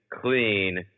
clean